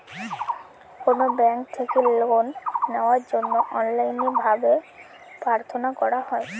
কোনো ব্যাঙ্ক থেকে লোন নেওয়ার জন্য অনলাইনে ভাবে প্রার্থনা করা হয়